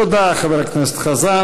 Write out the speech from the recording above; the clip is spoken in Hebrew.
תודה, חבר הכנסת חזן.